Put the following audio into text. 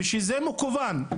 וכשזה מכוון,